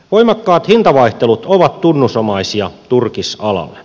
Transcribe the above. voimakkaat hintavaihtelut ovat tunnusomaisia turkisalalle